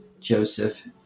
Joseph